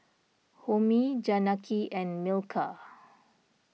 Homi Janaki and Milkha